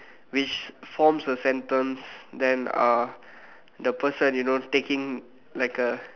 which forms a sentence then uh the person you know taking like a